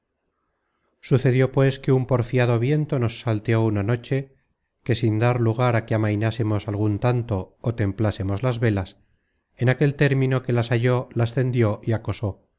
sucedió pues que un porfiado viento nos salteó una noche que sin dar lugar á que amainásemos algun tanto ó templásemos las velas en aquel término que las halló las tendió y acosó